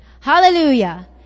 Hallelujah